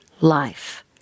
life